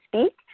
speak